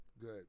Good